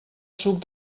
suc